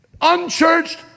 unchurched